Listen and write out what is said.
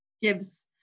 gives